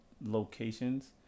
locations